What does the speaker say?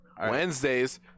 Wednesdays